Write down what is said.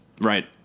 Right